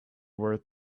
worth